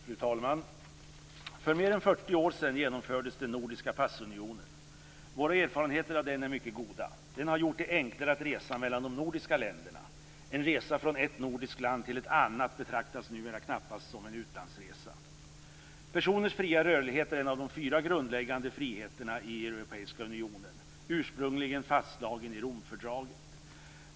Fru talman! För mer än 40 år sedan genomfördes den nordiska passunionen. Våra erfarenheter av den är mycket goda. Den har gjort det enklare att resa mellan de nordiska länderna. En resa från ett nordiskt land till ett annat betraktas numera knappast som en utlandsresa. Personers fria rörlighet är en av fyra grundläggande friheterna i Europeiska unionen, ursprungligen fastslagen i Romfördraget.